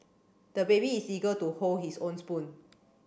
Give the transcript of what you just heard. the baby is eager to hold his own spoon